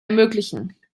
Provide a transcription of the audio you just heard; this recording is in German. ermöglichen